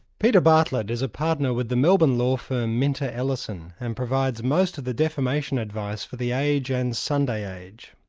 peter bartlett is a partner with the melbourne law firm minter ellison, and provides most of the defamation advice for the age and sunday age.